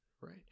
right